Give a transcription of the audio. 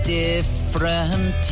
different